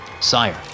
Sire